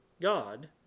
God